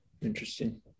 Interesting